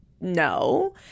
no